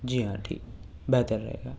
جی ہاں ٹھیک بہتر رہے گا